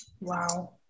Wow